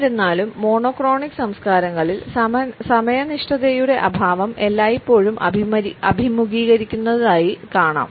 എന്നിരുന്നാലും മോണോക്രോണിക് സംസ്കാരങ്ങളിൽ സമയനിഷ്ഠയുടെ അഭാവം എല്ലായ്പ്പോഴും അഭിമുഖീകരിക്കുന്നതായി കാണാം